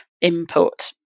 input